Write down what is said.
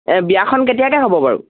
এই বিয়াখন কেতিয়াকৈ হ'ব বাৰু